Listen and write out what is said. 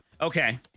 Okay